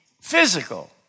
physical